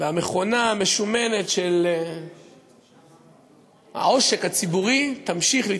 והמכונה המשומנת של העושק הציבורי תמשיך לדפוק.